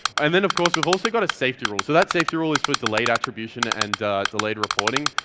and then of course we've also got a safety rule. so that safety rule is for delayed attribution and delayed reporting.